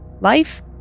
Life